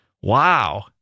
Wow